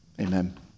Amen